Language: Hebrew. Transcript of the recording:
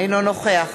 אינו נוכח